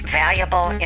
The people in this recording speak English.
valuable